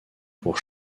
pour